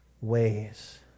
ways